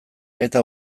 eta